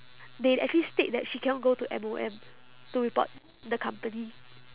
they actually state that she cannot go to M_O_M to report the company